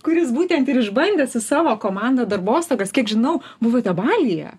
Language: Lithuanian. kuris būtent ir išbandė savo komandą darbostagas kiek žinau buvote balyje